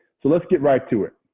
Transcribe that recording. so let's get right to it.